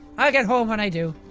i'll get home when i do.